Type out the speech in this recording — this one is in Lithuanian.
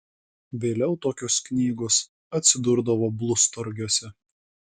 vėliau tokios knygos atsidurdavo blusturgiuose